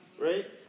right